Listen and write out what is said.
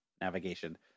navigation